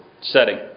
setting